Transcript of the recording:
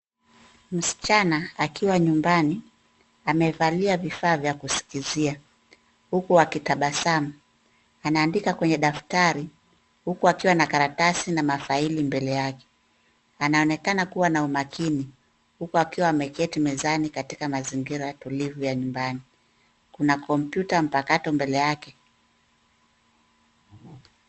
Msichana akiwa nyumbani amevalia vifaa vya kusikizia huku akitabasamu. Anaandika kwenye daftari huku akiwa na karatasi na mafaili mbele yake. Anaonekana kuwa na umakini huku akiwa ameketi mezani katika mazingira tulivu ya nyumbani. Kuna kompyuta mpakato mbele yake.